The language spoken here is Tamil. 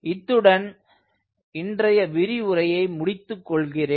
இத்துடன் இன்றைய விரிவுரையை முடித்துக் கொள்கிறேன்